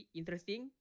interesting